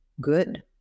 good